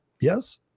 Yes